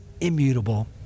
immutable